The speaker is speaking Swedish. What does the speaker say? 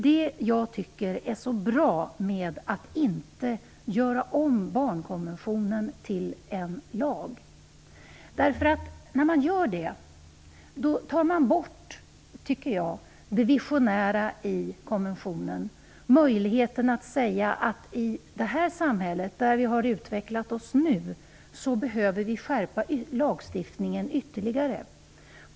Det jag tycker är bra är att man inte gör om barnkonventionen till en lag. När man gör det tar man bort det visionära i konventionen, möjligheten att säga att i det samhälle som vi har utvecklat nu behöver vi skärpa lagstiftningen ytterligare.